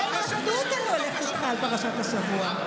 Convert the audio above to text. בשם האחדות אני הולכת איתך על פרשת השבוע.